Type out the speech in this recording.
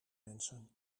mensen